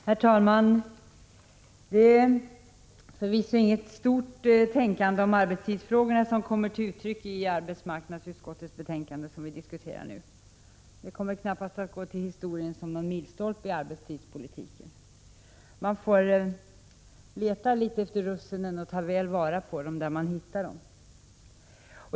Herr talman! Det är förvisso inget stort tänkande om arbetstidsfrågorna som kommer till uttryck i det betänkande från arbetsmarknadsutskottet som vi nu diskuterar. Det kommer knappast att gå till historien som någon milstolpe i arbetstidspolitiken. Man får leta efter russinen och ta väl vara på dem när man hittar dem.